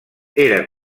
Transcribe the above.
era